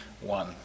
one